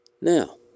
Now